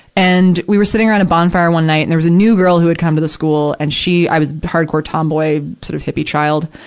and, we were sitting around a bonfire one night, and there was a new girl who had come to the school, and she i was hardcore tomboy, sort of hippie child.